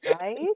Right